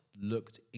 looked